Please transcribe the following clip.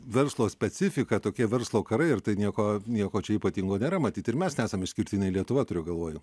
verslo specifika tokie verslo karai ir tai nieko nieko čia ypatingo nėra matyt ir mes nesam išskirtiniai lietuva turiu galvoj jau